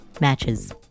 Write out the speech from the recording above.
matches